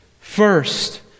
First